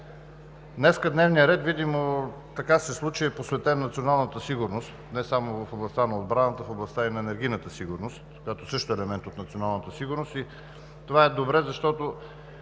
Днес дневният ред, видимо така се случи, е посветен на националната сигурност, не само в областта на отбраната и в областта на енергийната сигурност, която също е елемент от националната сигурност. И това е добре, защото